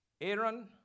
Aaron